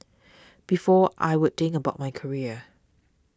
before I would think about my career